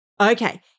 Okay